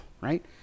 right